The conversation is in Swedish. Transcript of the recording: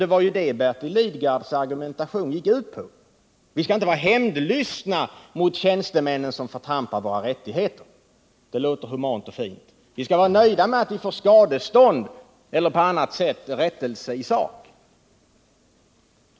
Det var ju det Bertil Lidgards argumentation gick ut på: vi skall inte vara hämndlystna mot tjänstemän som förtrampar våra rättigheter. Det låter humant och fint. Vi skall vara nöjda med att vi får skadestånd eller på annat sätt rättelse i sak.